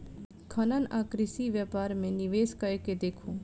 खनन आ कृषि व्यापार मे निवेश कय के देखू